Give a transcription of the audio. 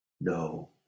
No